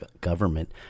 government